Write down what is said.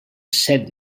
set